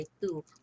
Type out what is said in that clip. two